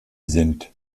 sind